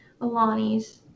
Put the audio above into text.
Alani's